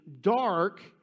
dark